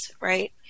right